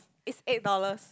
it's eight dollars